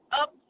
up